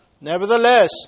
Nevertheless